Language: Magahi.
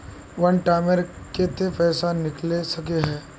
वन टाइम मैं केते पैसा निकले सके है?